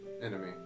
enemy